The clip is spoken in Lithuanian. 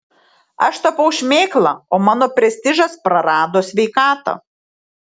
aš tapau šmėkla o mano prestižas prarado sveikatą